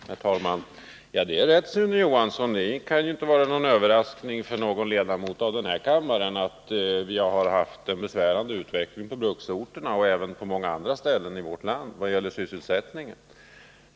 Herr talman! Ja, det är rätt, Sune Johansson! Det kan inte vara någon överraskning för ledamöterna av den här kammaren att vi har haft en besvärande utveckling i fråga om sysselsättningen på bruksorterna och även på många andra ställen i vårt land.